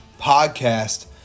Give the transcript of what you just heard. Podcast